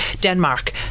Denmark